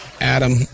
Adam